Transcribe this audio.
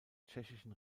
tschechischen